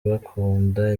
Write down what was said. bakunda